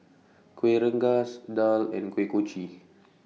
Kueh Rengas Daal and Kuih Kochi